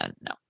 no